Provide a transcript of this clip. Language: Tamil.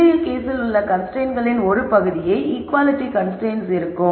முந்தைய கேஸில் உள்ள கன்ஸ்ரைன்ட்ஸ்களின் ஒரு பகுதியாக ஈக்குவாலிட்டி கன்ஸ்ரைன்ட்ஸ் இருக்கும்